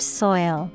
soil